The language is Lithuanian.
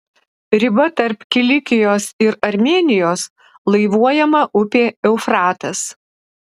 riba tarp kilikijos ir armėnijos laivuojama upė eufratas